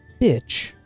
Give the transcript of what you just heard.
bitch